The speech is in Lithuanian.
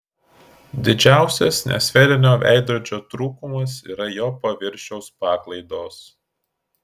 didžiausias nesferinio veidrodžio trūkumas yra jo paviršiaus paklaidos